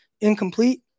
incomplete